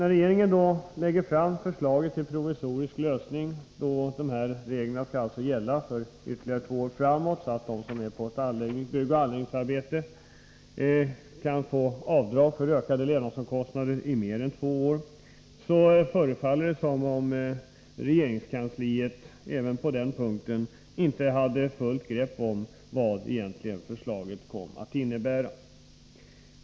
Reglerna skall gälla ytterligare två år framåt, så att de som är på ett byggnadseller anläggningsarbete kan få avdrag för ökade levnadsomkostnader i mer än två år. Men det förefaller som om man inom regeringskansliet även på den punkten inte hade fullt grepp om vad förslaget egentligen kommer att innebära.